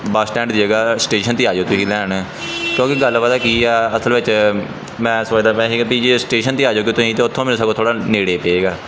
ਬਸ stand ਦੀ ਜਗ੍ਹਾ station 'ਤੇ ਆ ਜਾਇਓ ਤੁਸੀਂ ਲੈਣ ਕਿਉਂਕਿ ਗੱਲ ਪਤਾ ਕੀ ਆ ਅਸਲ ਵਿੱਚ ਮੈਂ ਸੋਚਦਾ ਪਿਆ ਸੀ ਵੀ ਜੇ ਸਟੇਸ਼ਨ 'ਤੇ ਆਜੋਗੇ ਤੁਸੀਂ ਅਤੇ ਉੱਥੋਂ ਮੈਨੂੰ ਸਗੋਂ ਥੋੜ੍ਹਾ ਨੇੜੇ ਪਏਗਾ